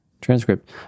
transcript